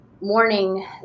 morning